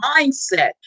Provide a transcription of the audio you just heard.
mindset